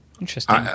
Interesting